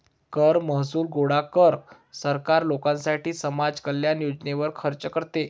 कर महसूल गोळा कर, सरकार लोकांसाठी समाज कल्याण योजनांवर खर्च करते